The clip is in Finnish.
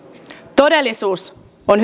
todellisuus on